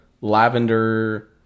lavender